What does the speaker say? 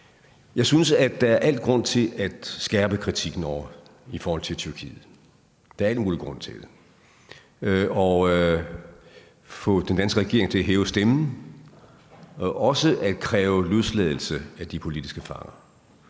Jeg synes, der er al grund til at skærpe kritikken i forhold til Tyrkiet – der er al mulig grund til det – at få den danske regering til at hæve stemmen og også at kræve løsladelse af de politiske fanger.